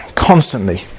constantly